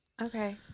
Okay